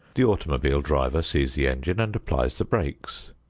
the automobile driver sees the engine and applies the brakes.